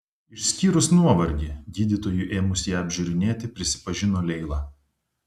išskyrus nuovargį gydytojui ėmus ją apžiūrinėti prisipažino leila